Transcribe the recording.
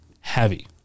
heavy